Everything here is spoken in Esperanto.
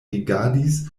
rigardis